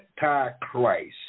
Antichrist